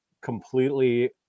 completely